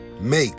make